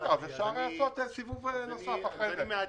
בסדר, אז אפשר לעשות סיבוב נוסף אחרי זה.